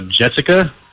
Jessica